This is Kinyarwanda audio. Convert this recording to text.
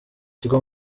kigo